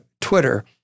Twitter